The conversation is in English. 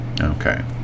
Okay